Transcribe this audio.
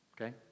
Okay